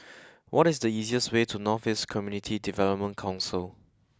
what is the easiest way to North East Community Development Council